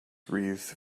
wreath